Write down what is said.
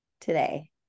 today